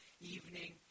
evening